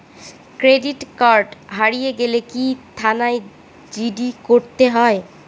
Credit card হারিয়ে গেলে কি থানায় জি.ডি করতে হয়?